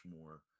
more